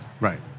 Right